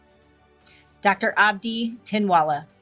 dr. abdi tinwalla